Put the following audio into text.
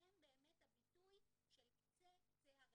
שהם באמת הביטוי של קצה קצה הרצף.